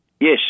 yes